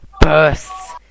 bursts